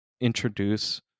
introduce